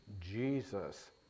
Jesus